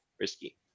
risky